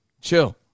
Chill